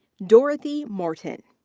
dorothy morton.